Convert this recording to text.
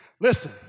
Listen